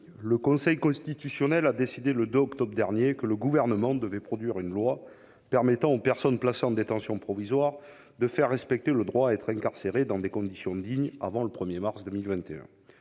le Conseil constitutionnel a décidé, le 2 octobre dernier, que le Gouvernement devait produire une loi, avant le 1 mars 2021, permettant aux personnes placées en détention provisoire de faire respecter le droit à être incarcéré dans des conditions dignes. Nous sommes